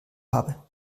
habe